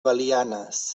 belianes